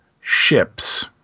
Ships